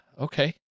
Okay